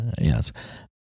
Yes